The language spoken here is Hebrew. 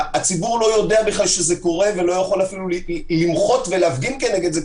הציבור לא יודע בכלל שזה קורה ולא יכול אפילו למחות ולהפגין כנגד זה,